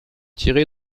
tiré